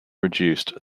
reduced